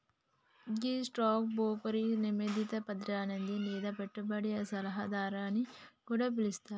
గీ stock బ్రోకర్ని నమోదిత ప్రతినిధి లేదా పెట్టుబడి సలహాదారు అని కూడా పిలుస్తారు